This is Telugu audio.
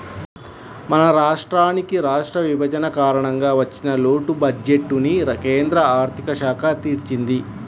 మన రాష్ట్రానికి రాష్ట్ర విభజన కారణంగా వచ్చిన లోటు బడ్జెట్టుని కేంద్ర ఆర్ధిక శాఖ తీర్చింది